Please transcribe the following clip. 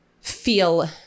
feel